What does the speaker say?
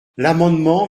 l’amendement